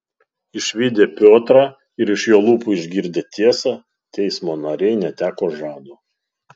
išvydę piotrą ir iš jo lūpų išgirdę tiesą teismo nariai neteko žado